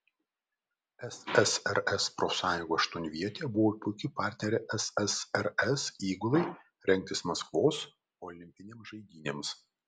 ssrs profsąjungų aštuonvietė buvo puiki partnerė ssrs įgulai rengtis maskvos olimpinėms žaidynėms